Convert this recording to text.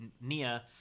nia